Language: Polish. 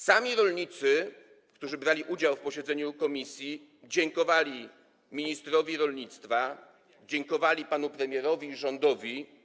Sami rolnicy, którzy brali udział w posiedzeniu komisji, dziękowali ministrowi rolnictwa, dziękowali panu premierowi i rządowi.